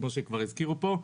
כמו שכבר הזכירו פה.